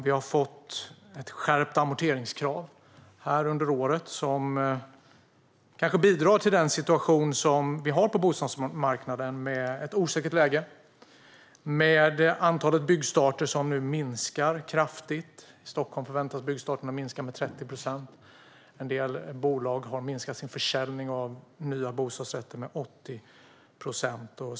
Vi har under året fått ett skärpt amorteringskrav, som kanske bidrar till den osäkra situation som vi har på bostadsmarknaden. Antalet byggstarter minskar kraftigt; i Stockholm förväntas byggstarterna minska med 30 procent. Försäljningen av nya bostadsrätter har för en del bolag minskat med 80 procent.